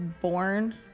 born